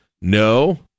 no